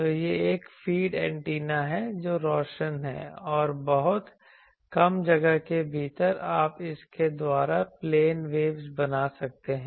तो यह एक फ़ीड एंटीना है जो रोशन है और बहुत कम जगह के भीतर आप इसके द्वारा प्लेन वेव्स बना सकते हैं